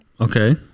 Okay